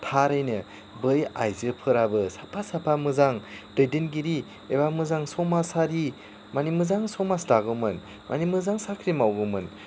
थारैनो बै आइजोफोराबो साफा साफा मोजां दैदेनगिरि एबा मोजां समाजारि मानि मोजां समाज दागौमोन मानि मोजां साख्रि मावगौमोन